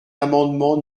l’amendement